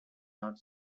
not